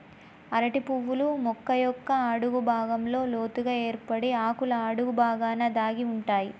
అరటి పువ్వులు మొక్క యొక్క అడుగు భాగంలో లోతుగ ఏర్పడి ఆకుల అడుగు బాగాన దాగి ఉంటాయి